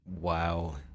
wow